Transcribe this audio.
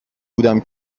بودم